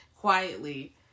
quietly